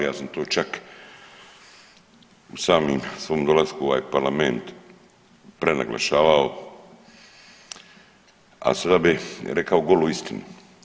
Ja sam to čak u samom svom dolasku u ovaj Parlament prenaglašavao, a sada bi rekao golu istinu.